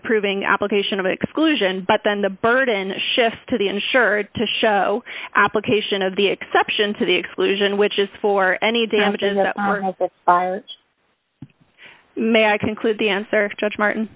of proving application of exclusion but then the burden shifts to the insured to show application of the exception to the exclusion which is for any damages that may i conclude the answer judge martin